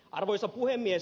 arvoisa puhemies